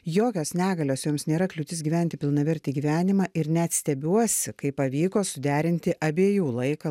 jokios negalios joms nėra kliūtis gyventi pilnavertį gyvenimą ir net stebiuosi pavyko suderinti abiejų laiką